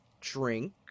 drink